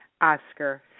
Oscar